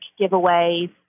giveaways